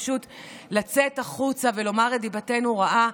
פשוט לצאת החוצה ולומר את דיבתנו לרעה,